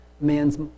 Man's